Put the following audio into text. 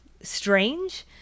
strange